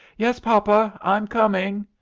yes, papa, i'm coming.